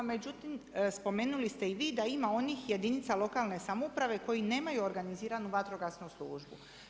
Međutim, spomenuli ste i vi da ima onih jedinica lokalne samouprave koji nemaju organiziranu vatrogasnu službu.